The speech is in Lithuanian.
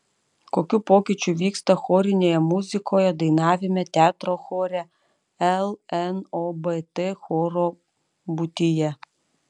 kokių pokyčių vyksta chorinėje muzikoje dainavime teatro chore lnobt choro būtyje